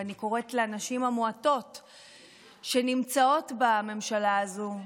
ואני קוראת לנשים המועטות שנמצאות בממשלה הזו: